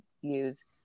use